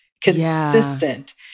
consistent